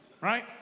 Right